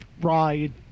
Ride